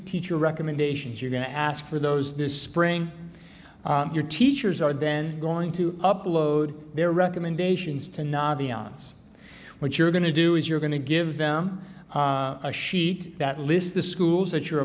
teach your recommendations you're going to ask for those this spring your teachers are then going to upload their recommendations to nabi onse what you're going to do is you're going to give them a sheet that lists the schools that you're